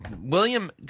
William